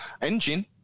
engine